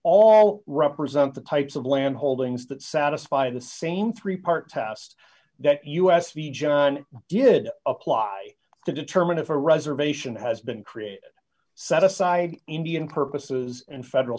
all represent the types of land holdings that satisfy the same three part test that us the john did apply to determine if a reservation has been created set aside indian purposes and federal